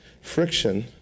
friction